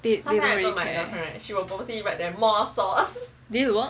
they they don't really care did it work